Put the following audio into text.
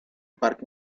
parque